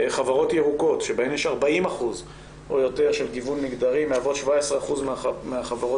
חברות ירוקות שבהן יש 40% או יותר של גיוון מגדרי מהוות 17% מהחברות